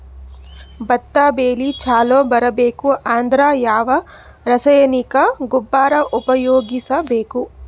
ಭತ್ತ ಬೆಳಿ ಚಲೋ ಬರಬೇಕು ಅಂದ್ರ ಯಾವ ರಾಸಾಯನಿಕ ಗೊಬ್ಬರ ಉಪಯೋಗಿಸ ಬೇಕು?